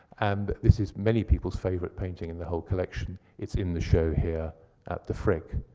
and this is many people's favorite painting in the whole collection. it's in the show here at the frick.